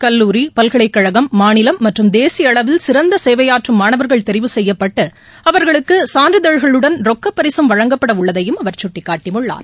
கல்லூரி பல்கலைக்கழகம் மாநிலம் மற்றும் தேசிய அளவில் சிறந்த சேவையாற்றும் மாணவர்கள் தெரிவு செய்யப்பட்டு அவர்களுக்கு சான்றிதழ்களுடன் ரொக்கப் பரிசும் வழங்கப்பட உள்ளதையும் அவர் சுட்டிக்காட்டியுள்ளார்